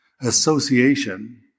association